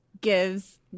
gives